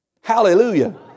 Hallelujah